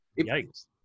Yikes